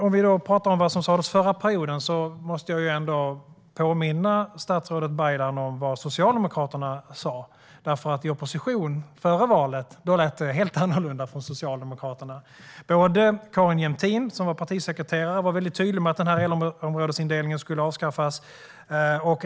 Om vi sedan pratar om vad som sas förra perioden måste jag ändå påminna statsrådet Baylan om vad Socialdemokraterna sa i oppositionsställning före valet. Då lät det nämligen helt annorlunda från Socialdemokraterna. Carin Jämtin, som var partisekreterare, var väldigt tydlig med att elområdesindelningen skulle avskaffas.